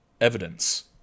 evidence